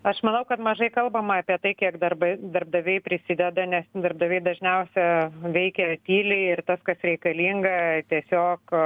aš manau kad mažai kalbama apie tai kiek darbai darbdaviai prisideda nes darbdaviai dažniausia veikia tyliai ir tas kas reikalinga tiesiog